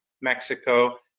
Mexico